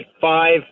five